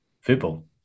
football